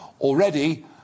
Already